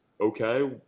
okay